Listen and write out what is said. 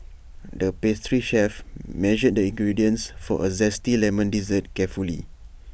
the pastry chef measured the ingredients for A Zesty Lemon Dessert carefully